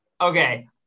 Okay